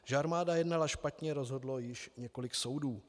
Že armáda jednala špatně, rozhodlo již několik soudů.